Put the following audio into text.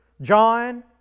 John